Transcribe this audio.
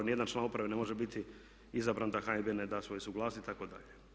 Niti jedan član uprave ne može biti izabran da HNB ne da svoju suglasnost itd.